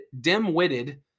dim-witted